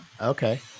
Okay